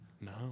No